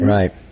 Right